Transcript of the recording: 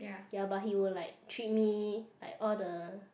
ya but he would like treat me like all the